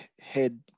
head